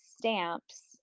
stamps